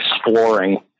exploring